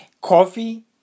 coffee